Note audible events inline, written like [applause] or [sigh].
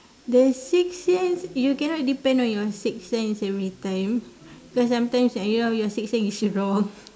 the six sense you can not depend on your six sense every time cause sometimes I know your six sense is wrong [laughs]